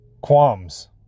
qualms